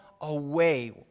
away